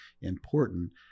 important